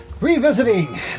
Revisiting